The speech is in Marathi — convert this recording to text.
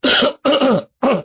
लोक